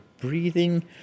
breathing